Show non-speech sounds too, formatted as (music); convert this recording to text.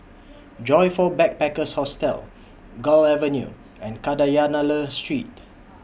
(noise) Joyfor Backpackers' Hostel Gul Avenue and Kadayanallur Street